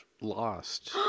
lost